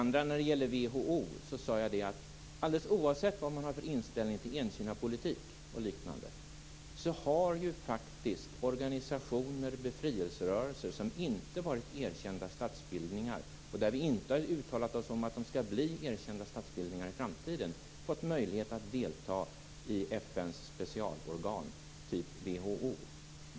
När det gäller WHO sade jag att det alldeles oavsett vad man har för inställning till ett-Kina-politik och liknande har organisationer och befrielserörelser som inte varit erkända statsbildningar och där det inte uttalats att de skall bli erkända sådana i framtiden fått möjlighet att delta i FN:s specialorgan som WHO.